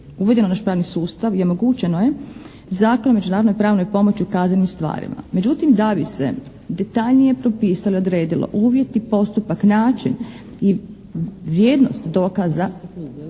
uvedeno u naš pravni sustav i omogućeno je Zakonom o međunarodnoj pravnoj pomoći u kaznenim stvarima. Međutim, da bi se detaljnije propisalo i odredilo uvjeti i postupak, način i vrijednost dokaza